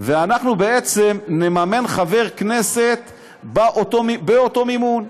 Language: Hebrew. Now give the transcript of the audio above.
ונממן חברי כנסת באותו מימון.